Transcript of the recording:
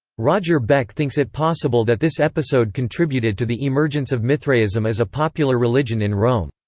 roger beck thinks it possible that this episode contributed to the emergence of mithraism as a popular religion in rome.